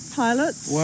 pilots